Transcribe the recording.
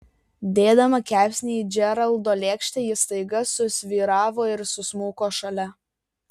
dėdama kepsnį į džeraldo lėkštę ji staiga susvyravo ir susmuko šalia